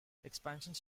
expansions